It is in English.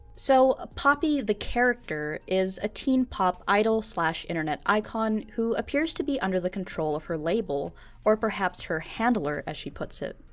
so ah poppy, the character, is a teen pop idol internet icon who appears to be under the control of her label or perhaps her handler as she puts it.